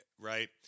right